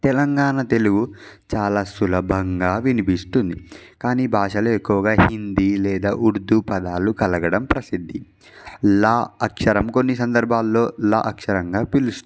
తెలంగాణ తెలుగు చాలా సులభంగా వినిపిస్తుంది కానీ భాషలు ఎక్కువగా హిందీ లేదా ఉర్దూ పదాలు కలవడం ప్రసిద్ధి ల అక్షరం కొన్ని సందర్భాల్లో ల అక్షరంగా పిలుస్తుంది